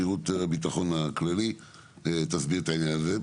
משירות הביטחון הכללי תסביר את העניין הזה.